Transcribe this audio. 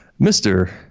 Mr